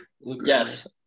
Yes